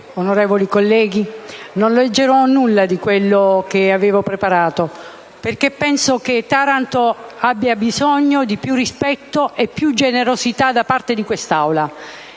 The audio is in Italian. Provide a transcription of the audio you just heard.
onorevoli colleghi, non leggerò il testo dell'intervento che avevo preparato, perché penso che Taranto abbia bisogno di più rispetto e generosità da parte di quest'Aula.